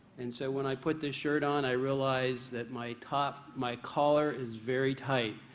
and so when i put the shirt on i realized that my top, my collar is very tight.